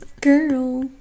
girl